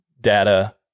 data